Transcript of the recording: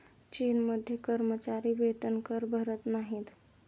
चीनमध्ये कर्मचारी वेतनकर भरत नाहीत